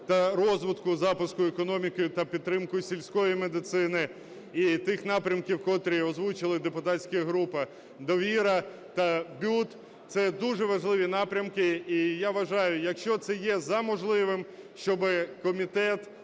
та розвитку, запуску економіки та підтримку сільської медицини і тих напрямків, котрі озвучили депутатські групи "Довіра" та БЮТ. Це дуже важливі напрямки. І я вважаю, якщо це є за можливе, щоби комітет